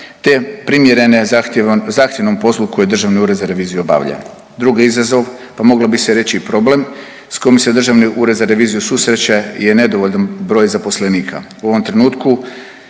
te primjerene zahtjevnom poslu koji Državni ured za reviziju obavlja. Drugi izazova, pa moglo bi se reći i problem s kojim se Državni ured za reviziju susreće je nedovoljan broj zaposlenika. U ovom trenutku